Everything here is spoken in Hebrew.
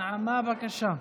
נעמה, בבקשה.